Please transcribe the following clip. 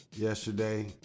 yesterday